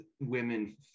women